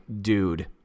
dude